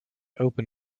open